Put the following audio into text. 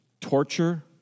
torture